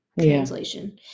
translation